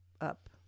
up